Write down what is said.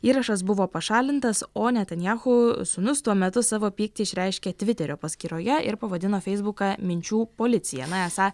įrašas buvo pašalintas o netanjahu sūnus tuo metu savo pyktį išreiškė tviterio paskyroje ir pavadino feisbuką minčių policija na esą